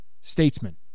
statesman